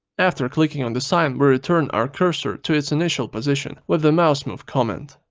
after clicking on the sign we return our cursor to its initial position with the mousemove command.